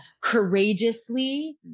Courageously